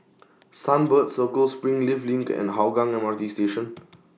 Sunbird Circle Springleaf LINK and Hougang M R T Station